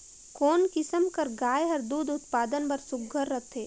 कोन किसम कर गाय हर दूध उत्पादन बर सुघ्घर रथे?